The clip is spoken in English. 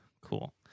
Cool